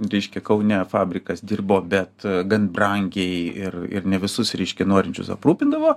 reiškia kaune fabrikas dirbo bet gan brangiai ir ir ne visus reiškia norinčius aprūpindavo